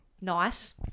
Nice